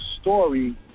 story